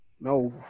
No